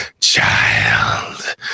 child